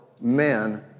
men